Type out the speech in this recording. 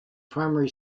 primary